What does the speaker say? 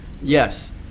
yes